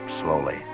slowly